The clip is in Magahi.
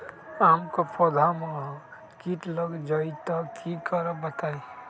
आम क पौधा म कीट लग जई त की करब बताई?